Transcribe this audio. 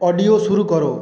audio শুরু করো